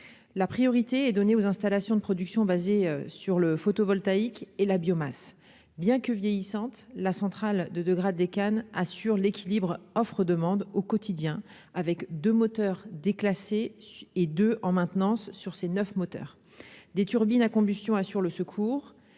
la priorité est donnée aux installations de production basées sur le photovoltaïque et la biomasse, bien que vieillissante, la centrale de de grade, assure l'équilibre offre-demande au quotidien avec 2 moteurs déclassé et de en maintenance sur ces 9 moteur des turbines à combustion assure le secours